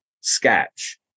sketch